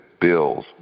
bills